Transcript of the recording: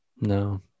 No